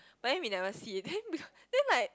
but then we never see then because then like